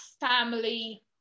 family